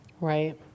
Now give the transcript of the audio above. Right